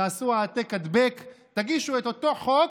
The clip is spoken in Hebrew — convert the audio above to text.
תעשו העתק-הדבק ותגישו את אותו חוק,